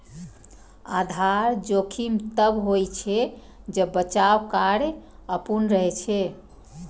आधार जोखिम तब होइ छै, जब बचाव कार्य अपूर्ण रहै छै